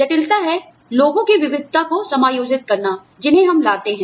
जटिलता है लोगों की विविधता को समायोजित करना जिन्हें हम लाते हैं